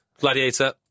Gladiator